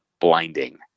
blinding